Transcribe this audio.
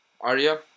Arya